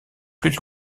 plus